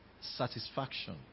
satisfaction